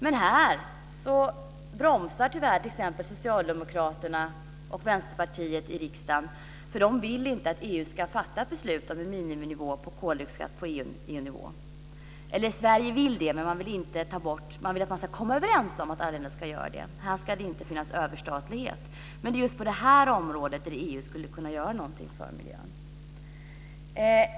Men här bromsar tyvärr Socialdemokraterna och Vänsterpartiet i riksdagen. De vill inte att EU ska fatta ett beslut om en miniminivå på koldioxidskatt på EU-nivå. Sverige vill att man ska komma överens om att alla länder ska göra det. Här ska det inte finnas överstatlighet. Men det är just på det här området som EU skulle kunna göra någonting för miljön.